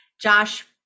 Josh